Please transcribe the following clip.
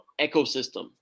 ecosystem